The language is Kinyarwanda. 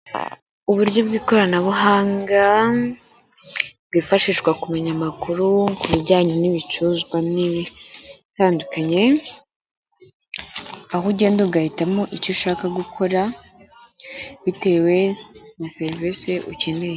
Uburyo bw'ikoranabuhanga bwifashishwa ku binyamakuru ku bijyanye n'ibicuruzwa n'ibindi bitandukanye, aho ugenda ugahitamo icyo ushaka gukora bitewe na serivisi ukeneye.